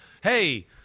Hey